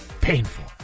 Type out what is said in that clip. painful